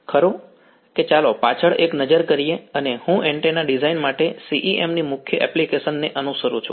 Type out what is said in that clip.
ખરું કે ચાલો પાછળ એક નજર કરીએ અને હું એન્ટેના ડિઝાઇન માટે CEM ની મુખ્ય એપ્લિકેશન ને અનુસરું છું